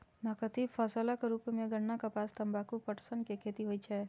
नकदी फसलक रूप मे गन्ना, कपास, तंबाकू, पटसन के खेती होइ छै